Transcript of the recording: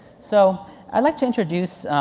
so i'd like to introduce,